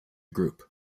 group